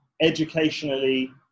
educationally